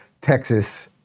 Texas